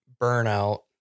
burnout